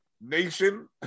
Nation